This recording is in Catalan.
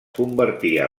convertia